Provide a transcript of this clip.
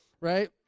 right